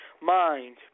mind